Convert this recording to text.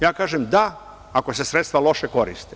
Ja kažem – da, ako se sredstva loše koriste.